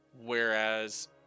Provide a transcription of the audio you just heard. whereas